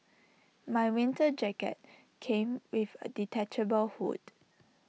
my winter jacket came with A detachable hood